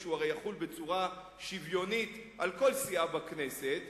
שהוא יחול בצורה שוויונית על כל סיעה בכנסת,